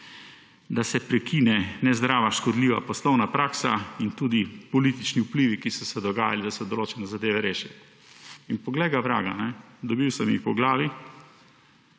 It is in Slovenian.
da se prekine nezdrava, škodljiva poslovna praksa in tudi politični vplivi, ki so se dogajali, da se določene zadeve rešijo. In poglej ga vraga, dobil sem jih po glavi.